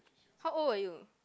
how old were you